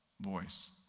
voice